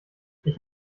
ich